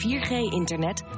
4G-internet